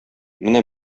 менә